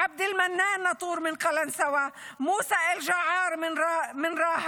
עבד אל מנאן נאטור מקלנסווה; מוסא אלג'עאר מרהט,